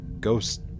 Ghost